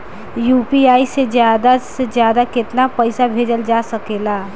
UPI से ज्यादा से ज्यादा केतना पईसा भेजल जा सकेला?